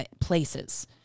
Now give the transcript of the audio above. places